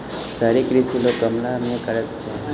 शहरी कृषि लोक गमला मे करैत छै